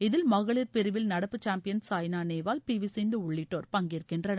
இதில் மகளிர் பிரிவில் நடப்பு champion Saina Nehwal P V Sindhu உள்ளிட்டோர் பங்கேற்கின்றனர்